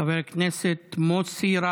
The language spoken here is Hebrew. חבר הכנסת מוסי רז,